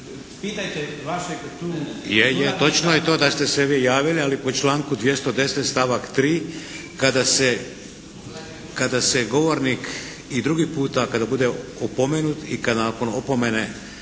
Pitajte vašeg tu